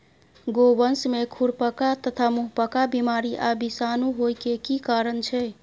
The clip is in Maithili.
गोवंश में खुरपका तथा मुंहपका बीमारी आ विषाणु होय के की कारण छै?